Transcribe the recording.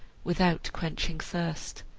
without quenching thirst.